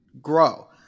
grow